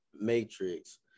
matrix